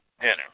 dinner